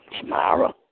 tomorrow